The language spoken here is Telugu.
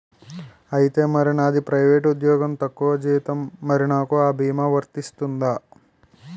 ఐతే మరి నాది ప్రైవేట్ ఉద్యోగం తక్కువ జీతం మరి నాకు అ భీమా వర్తిస్తుందా?